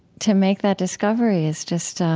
to make that discovery is just,